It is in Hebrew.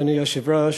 אדוני היושב-ראש,